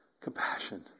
Compassion